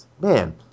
Man